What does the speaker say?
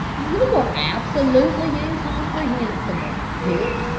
you're absolutely incomprehensible, dick!